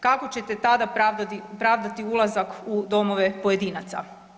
Kako ćete tada pravdati ulazak u domove pojedinaca?